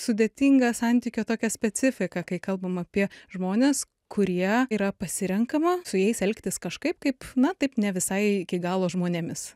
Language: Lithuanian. sudėtingą santykio tokią specifiką kai kalbam apie žmones kurie yra pasirenkama su jais elgtis kažkaip kaip na taip ne visai iki galo žmonėmis